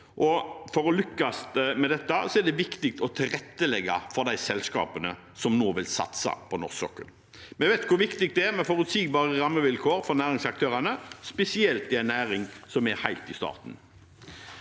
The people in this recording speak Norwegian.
For å lykkes med dette er det viktig å tilrettelegge for de selskapene som nå vil satse på norsk sokkel. Vi vet hvor viktig det er med forutsigbare rammevilkår for næringsaktørene, spesielt i en næring som er helt i starten.